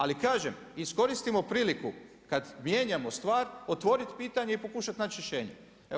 Ali kažem, iskoristimo priliku kada mijenjamo stvar otvoriti pitanje i pokušati naći rješenje.